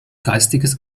geistiges